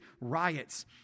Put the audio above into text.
riots